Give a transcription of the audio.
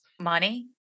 Money